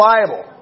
Bible